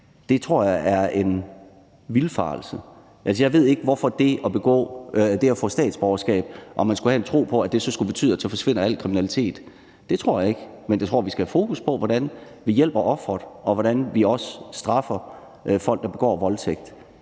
tror jeg er en vildfarelse. Altså, jeg ved ikke, hvorfor man har en tro på, at det at få statsborgerskab skulle betyde, at så forsvinder al kriminalitet. Det tror jeg ikke. Men jeg tror, vi skal have fokus på, hvordan vi hjælper offeret, og hvordan vi også straffer folk, der begår voldtægt.